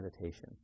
meditation